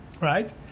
Right